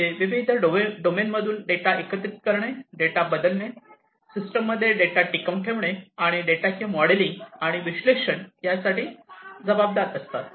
जे विविध डोमेनमधून डेटा एकत्रित करणे डेटा बदलणे सिस्टममध्ये डेटा टिकवून ठेवणे आणि डेटाचे मॉडेलिंग आणि विश्लेषण यासाठी जबाबदार असतात